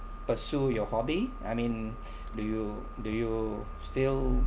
pursue your hobby I mean do you do you still